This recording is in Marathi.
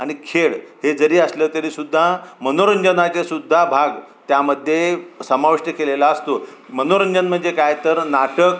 आणि खेळ हे जरी असलं तरी सुद्धा मनोरंजनाचे सुद्धा भाग त्यामध्ये समाविष्ट केलेला असतो मनोरंजन म्हणजे काय तर नाटक